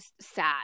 sad